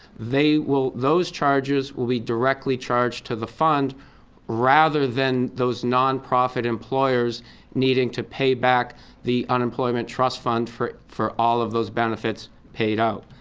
they will those charges will be directly charged to the fund rather than those nonprofit employers needing to pay back the unemployment trust fund for for all of those benefits paid out.